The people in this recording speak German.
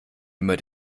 immer